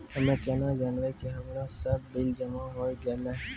हम्मे केना जानबै कि हमरो सब बिल जमा होय गैलै?